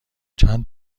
چند